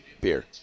Beer